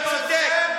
נניח שאתה צודק.